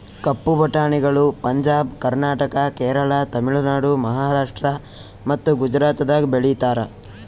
ಕಪ್ಪು ಬಟಾಣಿಗಳು ಪಂಜಾಬ್, ಕರ್ನಾಟಕ, ಕೇರಳ, ತಮಿಳುನಾಡು, ಮಹಾರಾಷ್ಟ್ರ ಮತ್ತ ಗುಜರಾತದಾಗ್ ಬೆಳೀತಾರ